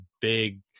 big